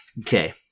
Okay